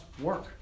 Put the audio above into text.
work